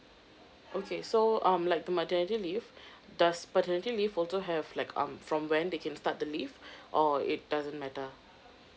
okay so um like the maternity leave does paternity leave also have like um from when they can start the leave or it doesn't matter